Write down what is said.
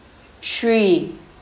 three